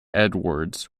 edwards